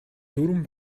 дүүрэн